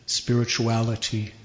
spirituality